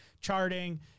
charting